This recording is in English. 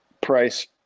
price